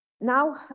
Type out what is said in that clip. Now